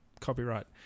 copyright